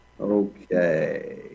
Okay